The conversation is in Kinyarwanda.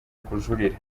kujurira